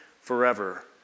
forever